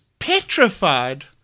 petrified